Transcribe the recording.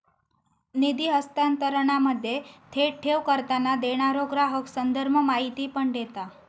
निधी हस्तांतरणामध्ये, थेट ठेव करताना, देणारो ग्राहक संदर्भ माहिती पण देता